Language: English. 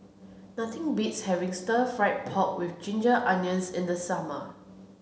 nothing beats having stir fried pork with ginger onions in the summer